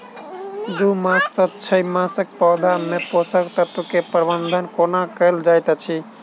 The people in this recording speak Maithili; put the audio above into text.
दू मास सँ छै मासक पौधा मे पोसक तत्त्व केँ प्रबंधन कोना कएल जाइत अछि?